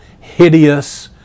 hideous